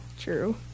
True